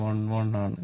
11 ആണ്